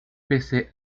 pese